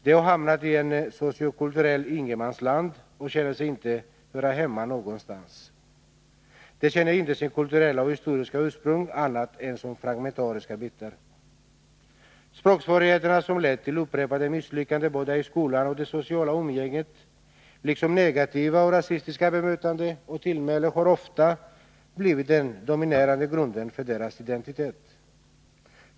De har hamnat i ett sociokulturellt ingenmansland och känner sig inte höra hemma någonstans. De känner inte sitt kulturella och historiska ursprung annat än som fragmentariska bitar. Språksvårigheterna som lett till upprepade misslyckanden både i skolan och i det sociala umgänget, liksom negativa och rasistiska bemötanden och tillmälen, har ofta blivit den dominerande grunden för deras identitet.